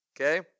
okay